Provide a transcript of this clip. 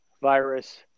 virus